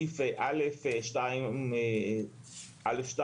בסעיף א2(2)